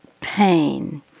pain